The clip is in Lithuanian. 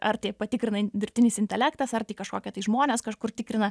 ar tai patikrinai dirbtinis intelektas ar tai kažkokie tai žmonės kažkur tikrina